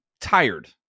tired